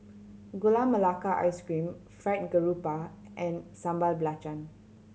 Gula Melaka Ice Cream Fried Garoupa and Sambal Belacan